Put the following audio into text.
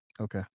Okay